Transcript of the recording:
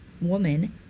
woman